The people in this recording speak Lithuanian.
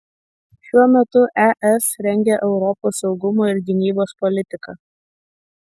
šiuo metu es rengia europos saugumo ir gynybos politiką